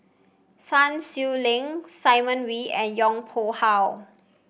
Sun Xueling Simon Wee and Yong Pung How